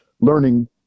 learning